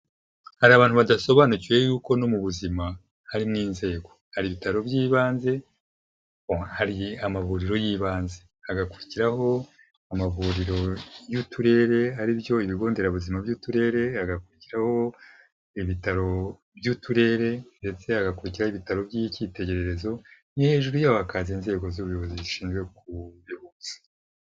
Hari abantu badasobanukiwe y'uko no mu buzima harimo inzego. Hari ibitaro by'ibanze, hari amavuriro y'ibanze, hagakurikiraho amavuriro y'uturere aribyo ibigo nderabuzima by'uturere, hagakurikiraho ibitaro by'uturere ndetse hagakurikiraho ibitaro by'icyitegererezo. Hejuru yabyo hakaza inzego z'ubuyobozi zishinzwe kubihuza.